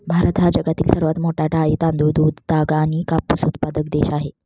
भारत हा जगातील सर्वात मोठा डाळी, तांदूळ, दूध, ताग आणि कापूस उत्पादक देश आहे